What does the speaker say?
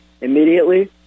immediately